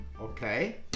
okay